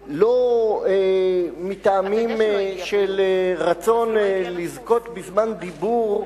לדוכן לדבר לא מטעמים של רצון לזכות בזמן דיבור,